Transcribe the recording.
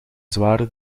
zware